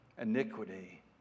iniquity